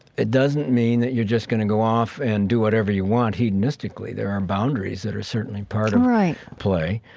it doesn't mean that you're just going to go off and do whatever you want hedonistically. there are boundaries that are certainly part of, right, play.